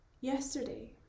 Yesterday